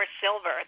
silver